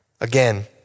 Again